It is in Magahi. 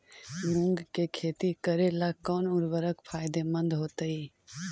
मुंग के खेती करेला कौन उर्वरक फायदेमंद होतइ?